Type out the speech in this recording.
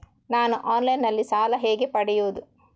ನಾನು ಆನ್ಲೈನ್ನಲ್ಲಿ ಸಾಲ ಹೇಗೆ ಪಡೆಯುವುದು?